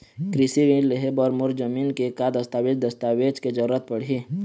कृषि ऋण लेहे बर मोर जमीन के का दस्तावेज दस्तावेज के जरूरत पड़ही?